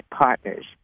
partners